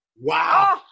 Wow